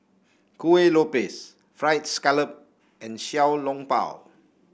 Kueh Lopes fried scallop and Xiao Long Bao